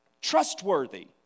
trustworthy